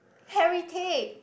heritage